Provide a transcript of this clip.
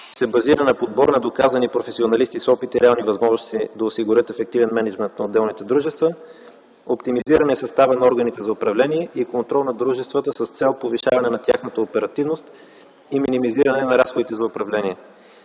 се базира на подбор на доказани професионалисти с опит и реални възможности да осигурят ефективен мениджмънт на отделните дружества, оптимизиране състава на органите за управление и контрол на дружествата с цел повишаване на тяхната оперативност и минимизиране на разходите за управление,